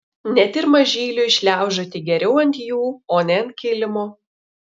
net ir mažyliui šliaužioti geriau ant jų o ne ant kilimo